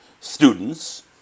students